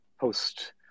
post